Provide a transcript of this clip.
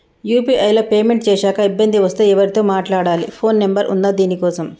UPI లో payment చేశాక ఇబ్బంది వస్తే ఎవరితో మాట్లాడాలి? ఫోన్ నంబర్ ఉందా దీనికోసం?